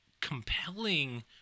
compelling